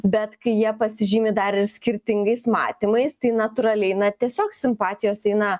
bet kai jie pasižymi dar ir skirtingais matymais tai natūraliai na tiesiog simpatijos eina